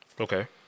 Okay